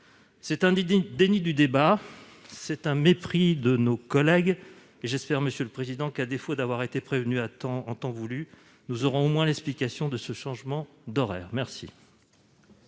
de nos débats, c'est un mépris pour nos collègues. J'espère, monsieur le président, qu'à défaut d'avoir été prévenus en temps voulu nous aurons au moins une explication sur ce changement d'horaire ! Acte